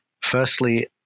firstly